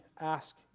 ask